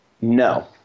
No